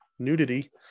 nudity